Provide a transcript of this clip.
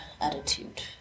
attitude